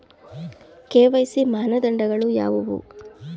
KYC ಮಾನದಂಡಗಳು ಯಾವುವು?